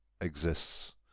exists